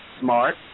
smart